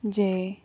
ᱡᱮ